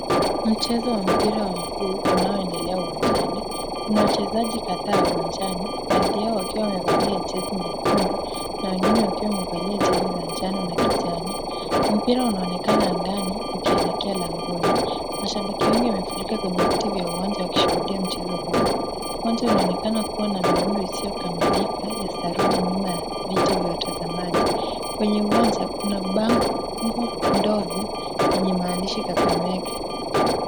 Mchezo wa mpira wa mguu unaoendelea uwanjani. Kuna wachezaji kadhaa uwanjani, baadhi yao wakiwa wamevalia jezi nyekundu na wengine wakiwa wamevalia jezi za njano na kijani. Mpira unaonekana angani, ukielekea langoni. Mashabiki wengi wamefurika kwenye viti vya uwanja wakishuhudia mchezo huo. Mwanzo unaonekana kuwa na miundu isiyo kamilika ya sarudi nyuma ya viti vya watazamaji. Kwenye uwanja kuna bango ndogo lenye maandishi Kakamega.